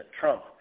Trump